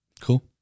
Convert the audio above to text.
Cool